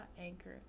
Anchor